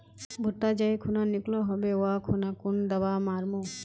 भुट्टा जाई खुना निकलो होबे वा खुना कुन दावा मार्मु?